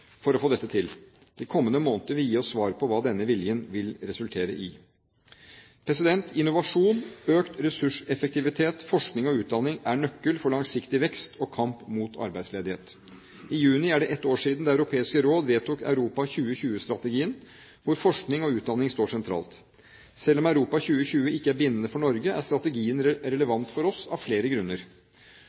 få dette til. De kommende måneder vil gi oss svar på hva denne viljen vil resultere i. Innovasjon, økt ressurseffektivitet, forskning og utdanning er nøkkel for langsiktig vekst og kamp mot arbeidsledighet. I juni er det ett år siden Det europeiske råd vedtok Europa 2020-strategien, hvor forskning og utdanning står sentralt. Selv om Europa 2020 ikke er bindende for Norge, er strategien relevant for oss av flere grunner.